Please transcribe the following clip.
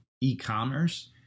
e-commerce